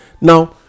Now